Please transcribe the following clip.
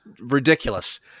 ridiculous